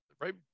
right